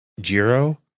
Jiro